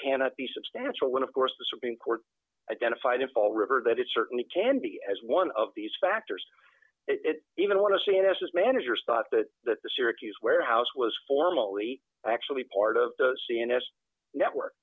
cannot be substantial when of course the supreme court identified in fall river that it certainly can be as one of these factors even want to see it as managers thought that the syracuse warehouse was formally actually part of the cns network